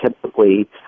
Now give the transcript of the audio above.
typically